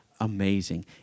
amazing